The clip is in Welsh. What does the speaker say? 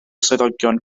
swyddogion